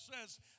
says